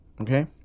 Okay